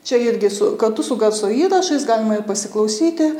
čia irgi su kartu su garso įrašais galima ir pasiklausyti